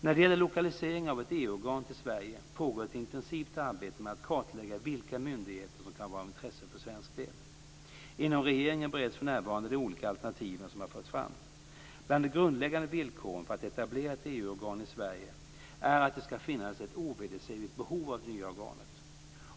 När det gäller lokalisering av ett EU-organ till Sverige pågår ett intensivt arbete med att kartlägga vilka myndigheter som kan vara av intresse för svensk del. Inom regeringen bereds för närvarande de olika alternativen som har förts fram. Bland de grundläggande villkoren för att etablera ett EU-organ i Sverige är att det skall finnas ett ovedersägligt behov av det nya organet.